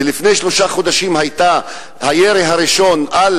ולפני שלושה חודשים היה הירי הראשון על